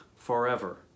forever